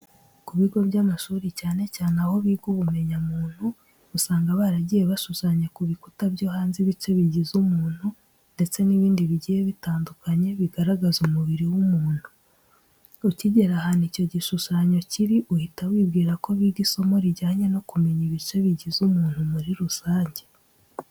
Ku bigo by'amashuri cyane cyane aho biga ubumenyamuntu, usanga baragiye bashushanya ku bikuta byo hanze ibice bigize umuntu ndetse n'ibindi bigiye bitandukanye bigaragaza umubiri w'umuntu. Ukigera ahantu icyo gishushanyo kiri uhita wibwira ko biga isomo rijyanye no kumenya ibice bigize umuntu muri rusange.